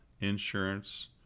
insurance